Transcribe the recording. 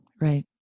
Right